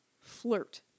flirt